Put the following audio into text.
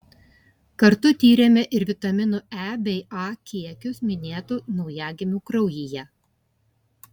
kartu tyrėme ir vitaminų e bei a kiekius minėtų naujagimių kraujyje